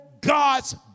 God's